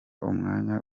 umwanya